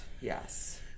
yes